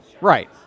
Right